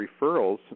Referrals